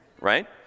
Right